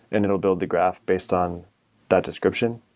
and it will build the graph based on that description.